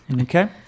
okay